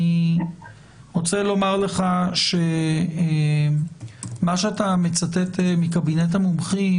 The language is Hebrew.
אני רוצה לומר לך שמה שאתה מצטט מקבינט המומחים